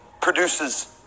produces